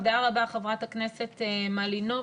תודה רבה, חברת הכנסת מלינובסקי.